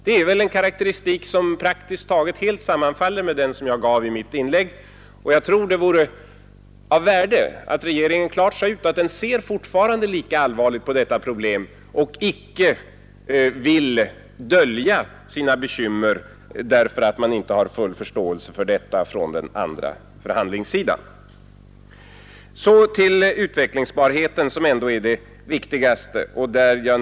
Det är väl en karakteristik som praktiskt taget helt sammanfaller med den jag gav i mitt inlägg, och jag tror att det vore av värde att regeringen klart sade ut att den fortfarande ser lika allvarligt på detta problem och icke dolde sina bekymmer för att man inte har full förståelse för detta på den andra förhandlingssidan. Så till utvecklingsbarheten, som ändå är det viktigaste i detta sammanhang.